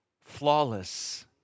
flawless